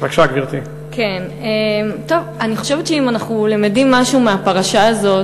אני חושבת שאם אנחנו למדים משהו מהפרשה הזאת,